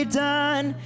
done